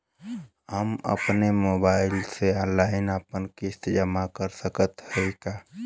हम अपने मोबाइल से ऑनलाइन आपन किस्त जमा कर सकत हई का?